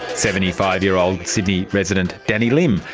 seventy five year old sydney resident danny lim,